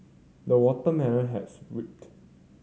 the watermelon has ripped